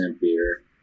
beer